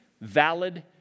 valid